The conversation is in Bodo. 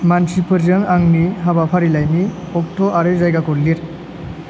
मानसिफोरजों आंनि हाबाफारिलाइनि अक्ट' आरो जायगाखौ लिर